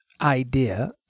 idea